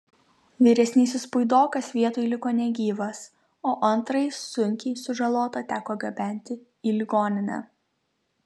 vyresnysis puidokas vietoj liko negyvas o antrąjį sunkiai sužalotą teko gabenti į ligoninę